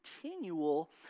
continual